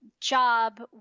job